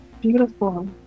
beautiful